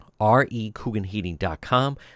recooganheating.com